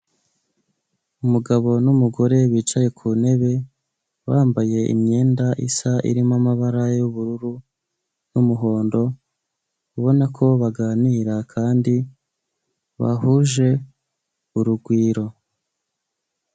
Umugabo n'umugore bicaye ku ntebe bambaye imyenda isa irimo amabara y'ubururu n'umuhondo, ubona ko baganira kandi bahuje urugwiro.